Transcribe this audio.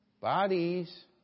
Bodies